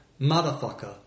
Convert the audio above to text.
motherfucker